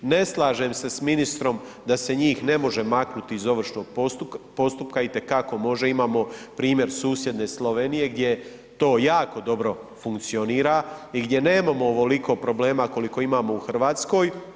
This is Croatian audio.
Ne slažem se sa ministrom da se njih ne može maknuti iz ovršnog postupka, itekako može, imamo primjer susjedne Slovenije gdje to jako dobro funkcionira i gdje nemamo ovoliko problema koliko imamo u Hrvatskoj.